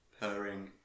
purring